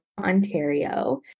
Ontario